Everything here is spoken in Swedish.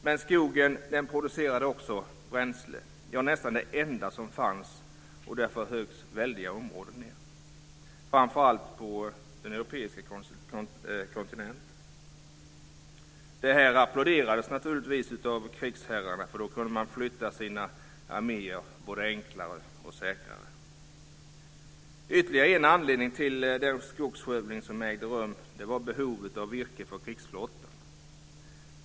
Men skogen producerade också bränsle, ja, det var nästan det enda som fanns och därför höggs väldiga områden ned, framför allt på den europeiska kontinenten. Detta applåderas naturligtvis av krigsherrarna för då kunde de flytta sina arméer både enklare och säkrare. Ytterligare en anledning till den skogsskövling som ägde rum var behovet av virke till krigsflottan.